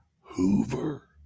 Hoover